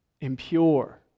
impure